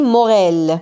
Morel